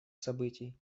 событий